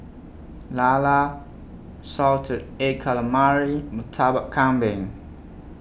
Lala Salted Egg Calamari Murtabak Kambing